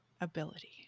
ability